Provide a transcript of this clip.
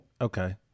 Okay